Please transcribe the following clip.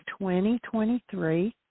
2023